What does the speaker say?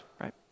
right